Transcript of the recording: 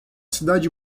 cidade